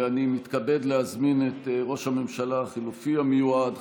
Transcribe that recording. ואני מתכבד להזמין את ראש הממשלה החילופי המיועד,